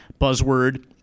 buzzword